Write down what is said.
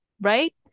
right